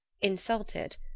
insulted